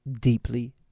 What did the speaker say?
deeply